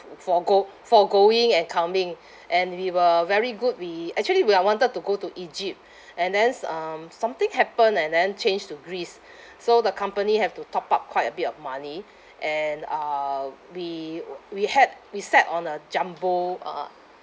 for go~ for going and coming and we were very good we actually we are wanted to go to egypt and thens um something happened and then change to greece so the company have to top up quite a bit of money and uh we we had we sat on a jumbo uh